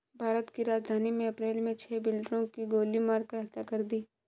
भारत की राजधानी में अप्रैल मे छह बिल्डरों की गोली मारकर हत्या कर दी है